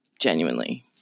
Genuinely